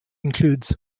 includes